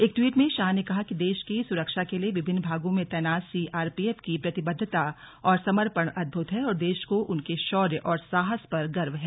एक ट्वीट में शाह ने कहा कि देश की सुरक्षा के लिए विभिन्न भागों में तैनात सीआरपीएफ की प्रतिबद्धता और समर्पण अद्भुत है और देश को उनके शौर्य और साहस पर गर्व है